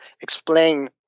explain